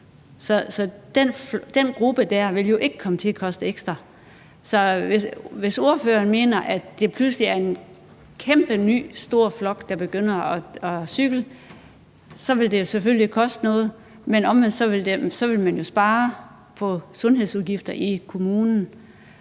Så den gruppe vil jo ikke komme til at koste ekstra. Så hvis ordføreren mener, at det pludselig er en kæmpestor ny flok, der begynder at cykle, så vil det selvfølgelig koste noget, men omvendt vil man jo spare på sundhedsudgifter i kommunen.